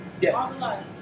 yes